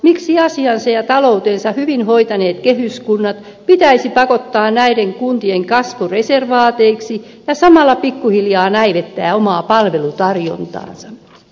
miksi asiansa ja taloutensa hyvin hoitaneet kehyskunnat pitäisi pakottaa näiden kuntien kasvureservaateiksi ja samalla pikkuhiljaa näivettää omaa palvelutarjontaansa